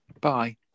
Bye